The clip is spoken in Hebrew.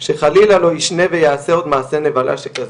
שחלילה לא יישנה וייעשה עוד מעשה נבלה שכזה.